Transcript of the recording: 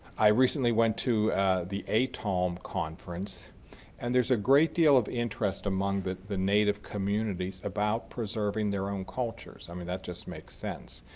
i recently went to the atalm conference and there's a great deal of interest among the native communities about preserving their own cultures. i mean, that just makes sense,